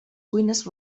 cuines